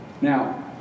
Now